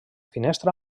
finestra